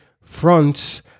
fronts